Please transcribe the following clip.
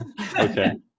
Okay